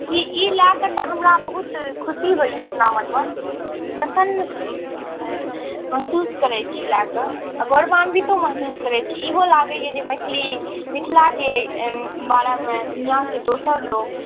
ई ई ई लऽ कऽ तऽ हमरा बहुत खुशी होइए अपना मोनमे जखन महसूस करै छी ई लऽ कऽ गौरवान्वितो महसूस करै छी इहो लागैए जे मैथिली मिथिलाके बारेमे दुनिआके दोसर लोक